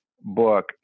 book